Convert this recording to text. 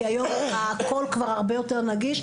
כי היום הכל כבר הרבה יותר נגיש,